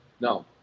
no